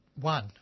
one